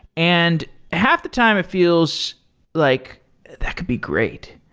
and half the time it feels like that could be great.